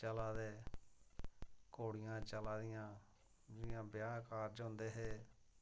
चला दे घोड़ियां चलादियां जियां ब्याह् कारज होंदे हे